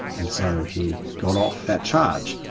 and so he got off that charge,